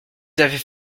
avaient